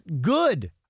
good